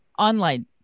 Online